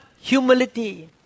humility